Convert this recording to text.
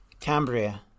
Cambria